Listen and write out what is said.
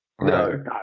No